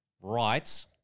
rights